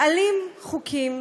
מעלים חוקים